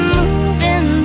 moving